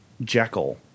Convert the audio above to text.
Jekyll